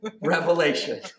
revelation